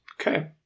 Okay